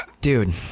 Dude